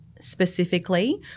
specifically